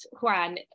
Juan